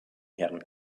herrn